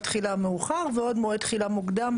תחילה מאוחר ועוד מועד תחילה מוקדם.